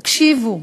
תקשיבו,